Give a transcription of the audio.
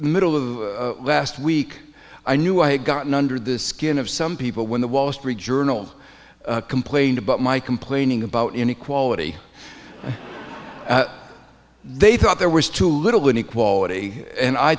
middle of last week i knew i had gotten under the skin of some people when the wall street journal complained about my complaining about inequality they thought there was too little inequality and i